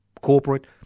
corporate